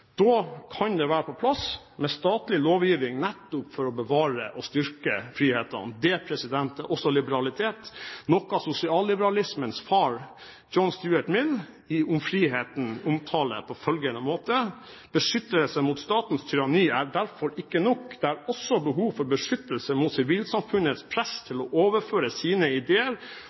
Da kan det være på sin plass med statlig lovgivning, nettopp for å bevare og styrke friheten. Det er også liberalitet, noe sosialliberalismens far, John Stuart Mill, i «Om friheten» omtaler på følgende måte: Beskyttelse mot statens tyranni er derfor ikke nok, det er også behov for beskyttelse mot sivilsamfunnets press til å overføre sine ideer